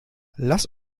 lasst